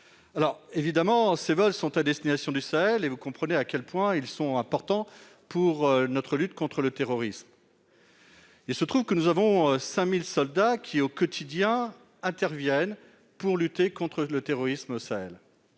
territoire. Ces vols étant à destination du Sahel, vous comprenez à quel point ils sont importants dans le cadre de notre lutte contre le terrorisme. Il se trouve que nous avons 5 000 soldats qui, au quotidien, interviennent pour lutter contre le terrorisme au Sahel.